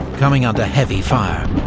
coming under heavy fire,